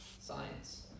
science